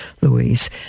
Louise